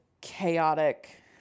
chaotic